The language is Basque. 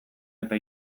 eta